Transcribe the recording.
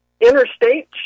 interstate